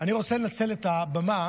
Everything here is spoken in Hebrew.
אני רוצה לנצל את הבמה